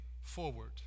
forward